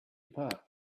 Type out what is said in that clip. apart